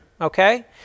okay